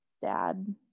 dad